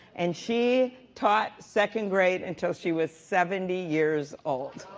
and she taught second grade until she was seventy years old.